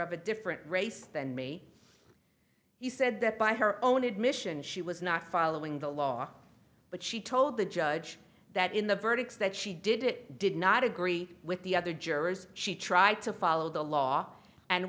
of a different race than me he said that by her own admission she was not following the law but she told the judge that in the verdicts that she did it did not agree with the other jurors she tried to follow the law and